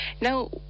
Now